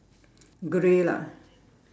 grey lah